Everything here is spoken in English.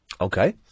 Okay